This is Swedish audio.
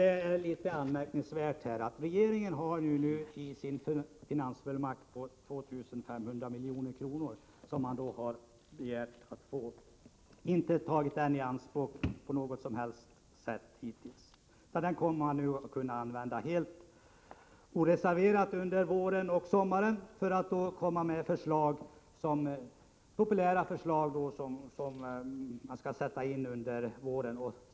Det är anmärkningsvärt att regeringen har begärt en finansfullmakt på 2 500 milj.kr. men hittills inte har tagit den i anspråk på något som helst sätt. Regeringen kommer nu att kunna använda den helt oreserverat till populära förslag om åtgärder som skall sättas in under våren och sommaren.